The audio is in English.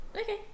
Okay